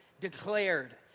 Declared